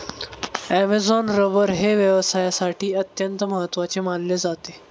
Amazon rubber हे व्यवसायासाठी अत्यंत महत्त्वाचे मानले जाते